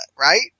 right